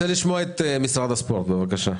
משרד הספורט, בבקשה,